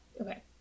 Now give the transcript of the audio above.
Okay